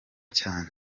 cyane